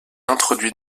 introduit